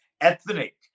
ethnic